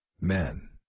men